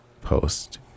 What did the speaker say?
post